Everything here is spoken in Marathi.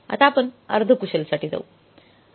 आता आपण अर्ध कुशलसाठी जाऊ